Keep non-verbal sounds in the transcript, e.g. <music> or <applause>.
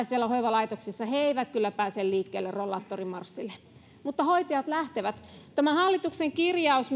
<unintelligible> siellä hoivalaitoksissa eivät kyllä pääse liikkeelle rollaattorimarssille mutta hoitajat lähtevät kun on tämä hallituksen kirjaus <unintelligible>